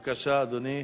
בבקשה, אדוני.